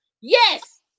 Yes